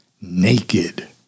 naked